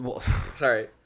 Sorry